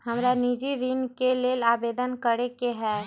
हमरा निजी ऋण के लेल आवेदन करै के हए